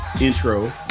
intro